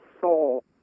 soul